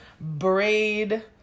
braid